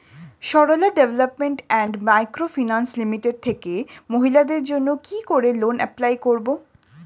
Sarala development and microfinance limited থেকে মহিলাদের জন্য কি করে লোন এপ্লাই করব?